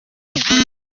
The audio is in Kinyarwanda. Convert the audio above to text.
anyurwa